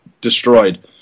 destroyed